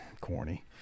corny